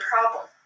problem